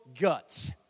guts